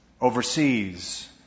overseas